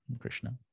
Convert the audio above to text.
Krishna